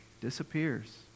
disappears